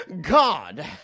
God